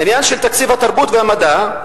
עניין תקציב התרבות והמדע,